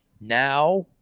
now